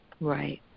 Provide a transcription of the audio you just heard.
Right